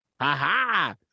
Ha-ha